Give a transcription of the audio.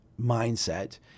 mindset